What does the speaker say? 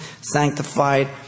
Sanctified